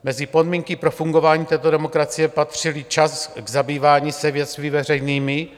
Mezi podmínky pro fungování této demokracie patřil i čas k zabývání se věcmi veřejnými.